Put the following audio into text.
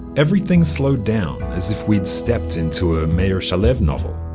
everything slowed down, as if we'd stepped into a meir shalev novel.